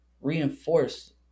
reinforce